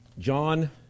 John